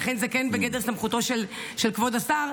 לכן זה כן בגדר סמכותו של כבוד השר,